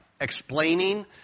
explaining